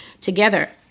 together